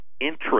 interest